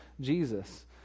Jesus